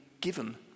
given